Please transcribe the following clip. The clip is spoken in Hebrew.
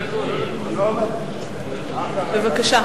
בבקשה.